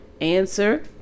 answer